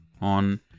on